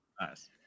Nice